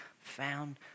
found